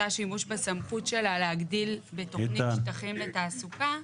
שימוש בסמכות שלה להגדיל בתוכנית שטחים לתעסוקה,